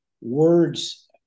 words